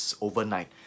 overnight